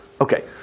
okay